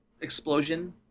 explosion